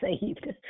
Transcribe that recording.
saved